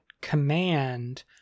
command